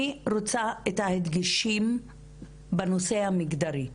אני רוצה את ההדגשים בנושא המגדרי,